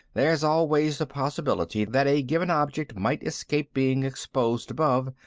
there's always the possibility that a given object might escape being exposed above.